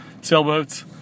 sailboats